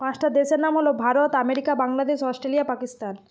পাঁচটা দেশের নাম হলো ভারত আমেরিকা বাংলাদেশ অস্ট্রেলিয়া পাকিস্তান